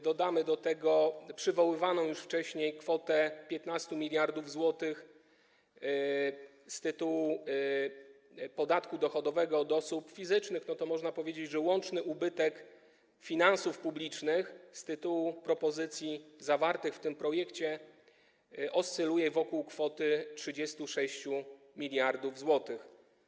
Jeżeli dodamy do tego przywoływaną już wcześniej kwotę 15 mld zł z tytułu podatku dochodowego od osób fizycznych, to można powiedzieć, że łączny ubytek finansów publicznych z tytułu propozycji zawartych w tym projekcie oscyluje wokół kwoty 36 mld zł.